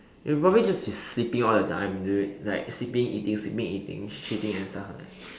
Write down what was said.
you probably just be sleeping all the time dude like sleeping eating sleeping eating shitting and stuff leh